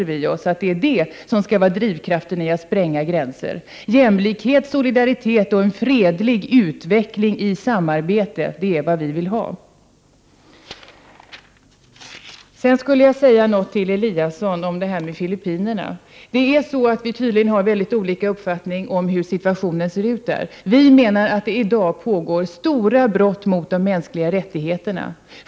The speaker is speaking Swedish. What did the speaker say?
Vi motsätter oss att det är det som skall vara drivkraften i att spränga gränser. Jämlikhet, solidaritet och en fredlig utveckling i samarbete är vad vi vill ha. Sedan skulle jag vilja säga någonting till Ingemar Eliasson om Filippinerna. Vi har tydligen helt olika uppfattning om hur situationen ser ut där. Vi i vpk menar att allvarliga brott mot de mänskliga rättigheterna pågår där i dag.